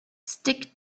stick